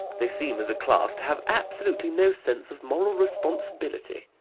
they seem, as a class, to have absolutely no sense of moral responsibility.